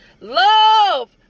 Love